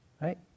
Right